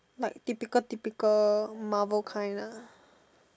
like typical typical Marvel kind lah